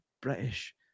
British